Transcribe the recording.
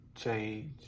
Change